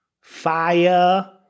fire